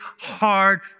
hard